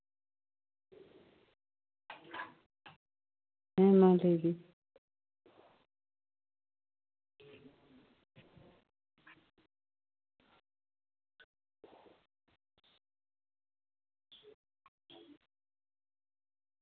ᱦᱮᱸ ᱢᱟ ᱞᱟᱹᱭ ᱵᱤᱱ